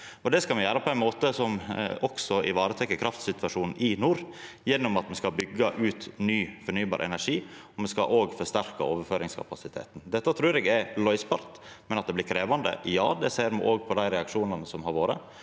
Det skal me gjera på ein måte som også varetek kraftsituasjonen i nord, gjennom at me skal byggja ut ny fornybar energi. Me skal òg forsterka overføringskapasiteten. Dette trur eg kan løysast, men det blir krevjande – det ser me òg på dei reaksjonane som har vore